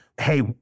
hey